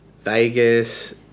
Vegas